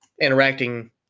interacting